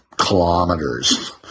kilometers